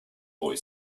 boy